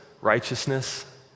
righteousness